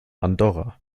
andorra